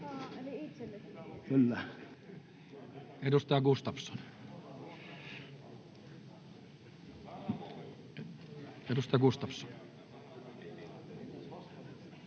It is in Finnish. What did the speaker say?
Edustaja Gustafsson. — Edustaja Gustafsson,